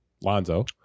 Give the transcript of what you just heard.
Lonzo